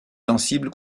sensible